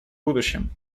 будущем